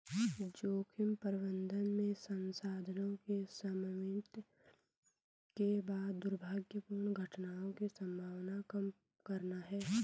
जोखिम प्रबंधन में संसाधनों के समन्वित के बाद दुर्भाग्यपूर्ण घटनाओं की संभावना कम करना है